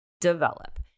develop